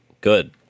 good